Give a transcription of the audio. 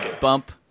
bump